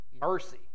Mercy